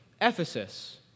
Ephesus